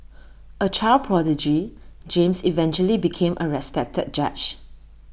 A child prodigy James eventually became A respected judge